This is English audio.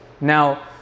Now